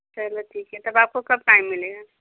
चलो ठीक है तब आपको कब टाइम मिलेगा